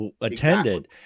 attended